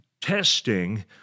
Testing